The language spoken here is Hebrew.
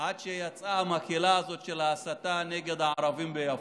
עד שיצאה המקהלה הזאת של ההסתה נגד הערבים ביפו.